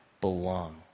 belong